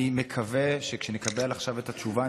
אני מקווה שכשנקבל עכשיו את התשובה,